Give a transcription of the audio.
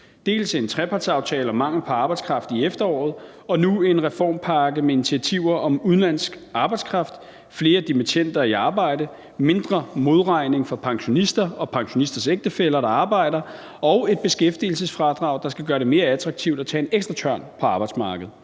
lavet en trepartsaftale om mangel på arbejdskraft i efteråret, dels nu her en reformpakke med initiativer om udenlandsk arbejdskraft, flere dimittender i arbejde, mindre modregning for pensionister og pensionisters ægtefæller, der arbejder, og et beskæftigelsesfradrag, der skal gøre det mere attraktivt at tage en ekstra tørn på arbejdsmarkedet.